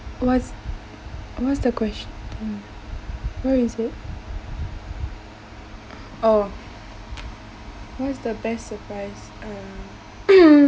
what's what's the question where is it oh what is the best surprise um